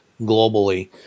globally